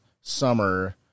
summer